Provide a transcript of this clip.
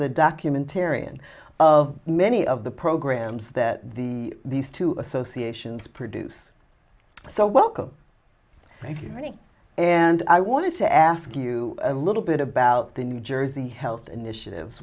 the documentarian of many of the programs that the these two associations produce so welcome thank you and i want to ask you a little bit about the new jersey health initiative